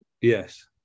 Yes